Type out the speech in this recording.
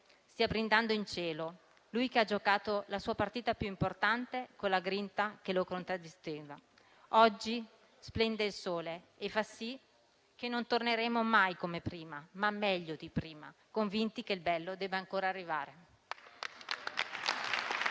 stia brindando in cielo, lui che ha giocato la sua partita più importante con la grinta che lo contraddistingueva. Oggi splende il sole e fa sì che non torneremo mai come prima, ma meglio di prima, convinti che il bello debba ancora arrivare.